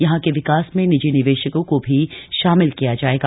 यहां के विकास में निजी निवेशकों को भी शामिल किया जाएगा